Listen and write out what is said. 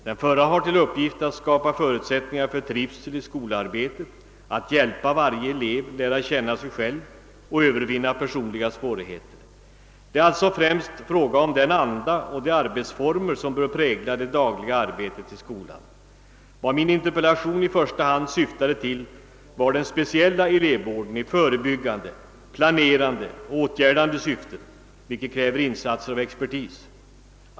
Den förra har till uppgift att skapa förutsättningar för trivsel i skolarbetet, att hjälpa varje elev lära känna sig själv och övervinna personliga svårigheter. Det är alltså främst fråra om den anda och de arbetsformer som bör prägla det dagliga arbetet i skolan. Vad män interpellation i första hand syftade till var den speciella elevvården i förebyggande, planerande och åtgärdande syfte, vilken kräver insatser av expertis.